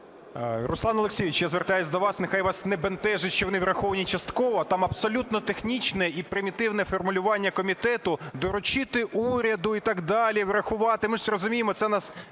Руслан Олексійович, я звертаюся до вас, нехай вас не бентежить, що вони враховані частково, там абсолютно технічне і примітивне формулювання комітету: доручити уряду (і так далі), врахувати, ми ж розуміємо, це у нас